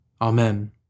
Amen